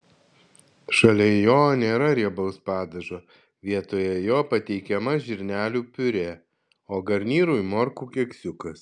šalia jo nėra riebaus padažo vietoje jo pateikiama žirnelių piurė o garnyrui morkų keksiukas